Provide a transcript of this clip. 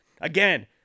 Again